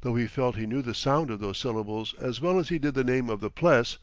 though he felt he knew the sound of those syllables as well as he did the name of the pless,